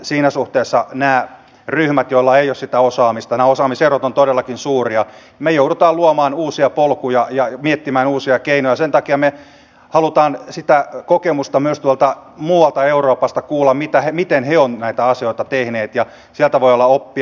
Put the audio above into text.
siinä suhteessa näille ryhmille joilla ei ole sitä osaamista nämä osaamiserot ovat todellakin suuria me joudumme luomaan uusia polkuja ja miettimään uusia keinoja ja sen takia me haluamme kuulla sitä kokemusta myös muualta euroopasta miten he ovat näitä asioita tehneet ja sieltä voi olla oppia